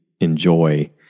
enjoy